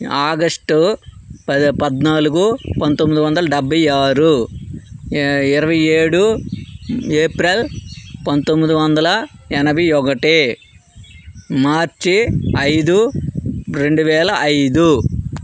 August పద్నాలుగు పంతొమ్మిది వందల డెబ్భై ఆరు ఇరవై ఏడు ఏప్రిల్ పంతొమ్మిది వందల ఎనభై ఒకటి మార్చ్ ఐదు రెండు వేల ఐదు